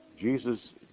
Jesus